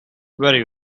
very